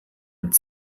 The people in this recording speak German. und